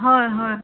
হয় হয়